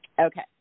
Okay